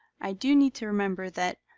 i do need to remember that